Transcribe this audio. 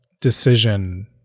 decision